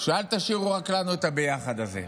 אל תשאירו רק לנו את הביחד הזה.